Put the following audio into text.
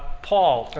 paul,